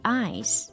eyes